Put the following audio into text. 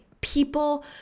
people